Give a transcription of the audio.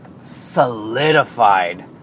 solidified